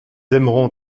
aimeront